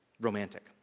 romantic